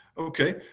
okay